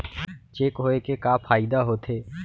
Cheque होए के का फाइदा होथे?